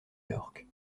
york